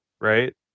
right